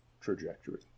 trajectory